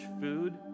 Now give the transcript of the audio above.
food